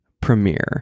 premiere